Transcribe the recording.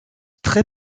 très